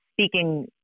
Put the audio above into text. speaking